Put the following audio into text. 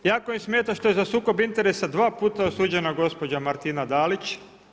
Jako im smeta što je za sukob interesa dva puta osuđena gospođa Martina Dalić.